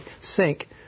sync